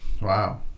Wow